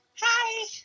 Hi